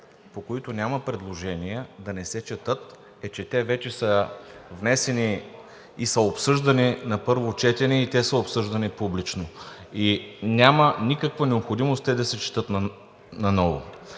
по които няма предложения, да не се четат, е, че те вече са внесени и са обсъждани на първо четене, обсъждани са публично и няма никаква необходимост да се четат наново.